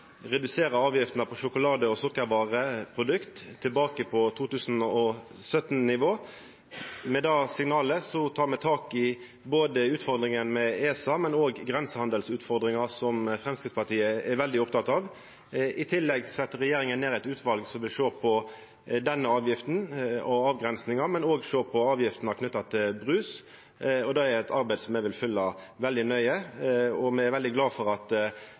avgiftene på sjokolade- og sukkervareprodukt tilbake til 2017-nivå. Med det signalet tek me tak i utfordringa med ESA, men òg utfordringa med grensehandel, som Framstegspartiet er veldig oppteke av. I tillegg set regjeringa ned eit utval som vil sjå på denne avgifta og avgrensinga, men òg sjå på avgiftene knytte til brus. Det er eit arbeid som eg vil følgja veldig nøye. Og me er veldig glade for at